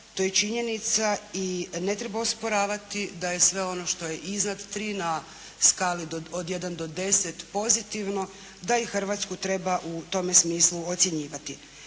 to je činjenica i ne treba osporavati da je sve ovo što je iznad 3 na skali od 1 do 10 pozitivno, da i Hrvatsku treba u tome smislu ocjenjivati.